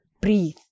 breathe